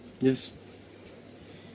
Yes